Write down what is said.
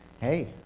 Hey